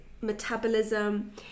metabolism